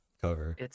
cover